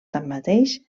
tanmateix